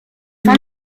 fin